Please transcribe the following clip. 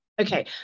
Okay